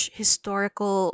historical